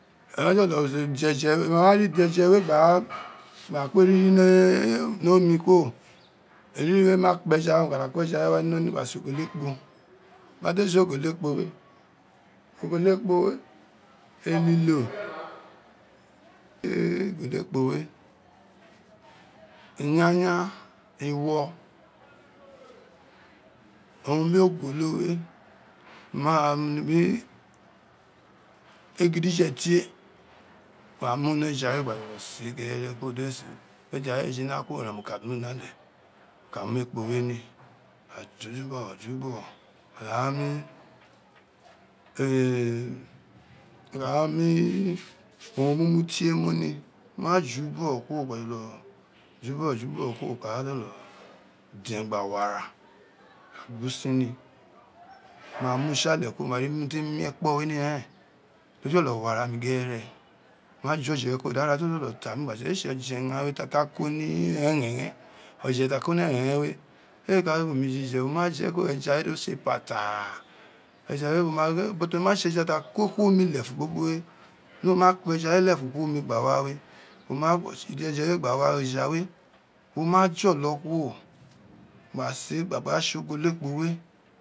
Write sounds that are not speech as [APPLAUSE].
Ene ma jolo jeje we ene wa ri jeje we [NOISE] gba kori omi kuro eri eri we ma kpa eja ka da ko eja we wa ni iloli gba da se ogolo ekpo bate tse ogolo ekpo okpolo ekpo we [NOISE] elilo egolo ekpo we iyan yan iwo owun biri ogolo we [UNINTELLIGIBLE] egidije tie gba iru ni eja we gba jolo se gbere biri eja we ni na kuro wo ka dun na le wo ka mu ekpo we ni wo ka ju bogho ju bogho wo ka ra mu owun mumu tie me wo ma ju bogho kuro wo ka jolo dien gba wara wo ka gin sin ni ama ma tri ale kuro wo una ni biri mo te mio kpo we ni ira eren do jolo wa ra mi ghere wo ma je oje we kuro da ra do jolo tamu ee tse oje ta ka koni ogloghen oje ta koni ogloghen we ee ku wi mi jije we ma je kuro eja we do tse patara eja we wo [HESITATION] but o ma tse eja ta ko kuro omi lefun gbigbo we ni wo ma kaja eju we kuro mi gba wa we wo ina tse ije se we gba wa we eju we ma tse ije se we gba wa we eju we wi ma jolo kuro gba se gba gba tse ogolo ekpo we